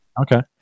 Okay